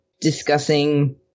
discussing